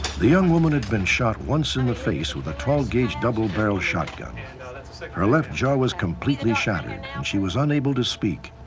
the young woman had been shot once in the face with a twelve gauge double barrel shotgun. yeah and like her left jaw was completely shattered and she was unable to speak.